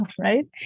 right